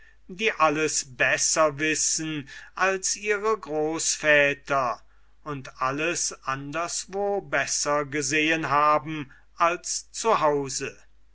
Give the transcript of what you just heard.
die alles besser wissen als ihre großväter und alles anderswo besser gesehen haben als